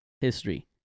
history